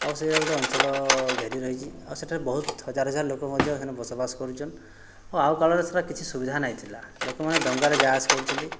ଆଉ ସେଇଟା ଗୋଟିଏ ଅଞ୍ଚଳ ଘେରି ରହିଛି ଆଉ ସେଠାରେ ବହୁତ ହଜାର ହଜାର ଲୋକ ମଧ୍ୟ ସେଣେ ବସବାସ କରୁଛନ୍ତି ଆଉ ଅଗକାଳରେ ସେରା କିଛି ସୁବିଧା ନାହିଁ ଥିଲା ଲୋକମାନେ ଡଙ୍ଗାରେ ଯା' ଆସ କରୁଥିଲେ